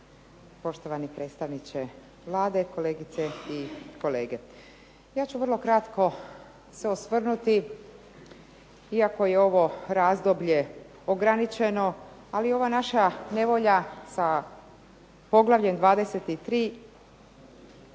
poštovani predstavniče Vlade, kolegice i kolege. Ja ću vrlo kratko se osvrnuti iako je ovo razdoblje ograničeno, ali ova naša nevolja sa Poglavljem 23.